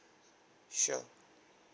sure